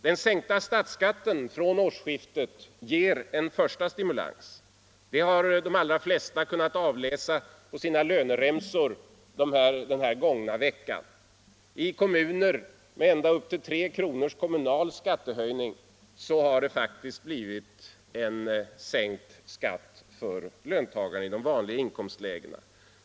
Den från årsskiftet sänkta statsskatten ger en första stimulans. Det har de allra flesta kunnat avläsa på sina löneremsor under den gångna veckan. I kommuner med ända upp till tre kronors kommunal skattehöjning har det faktiskt blivit en sänkt skatt för löntagare i de vanliga inkomstlägena.